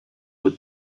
were